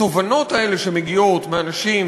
התובנות האלה שמגיעות מאנשים,